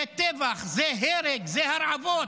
זה טבח, זה הרג, זה הרעבות.